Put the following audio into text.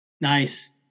Nice